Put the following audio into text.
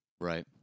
Right